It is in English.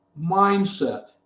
mindset